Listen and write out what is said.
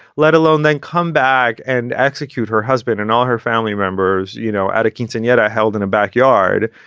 let alone then come back and execute her husband and all her family members. you know, adkinson yet i held in a back yard,